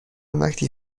وقتی